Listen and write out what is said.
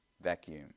vacuum